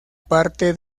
parte